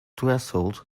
threshold